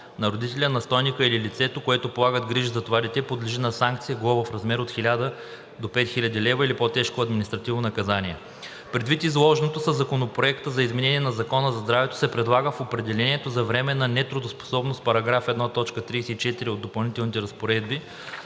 родителят, настойникът или лицето, което полага грижи за това дете, подлежи на санкция – глоба в размер от 1000 лв. до 5000 лв. или по-тежко административно наказание. Предвид изложеното със Законопроекта за изменение на Закона за здравето се предлага в определението за временна неработоспособност в § 1, т. 34 от Допълнителните разпоредби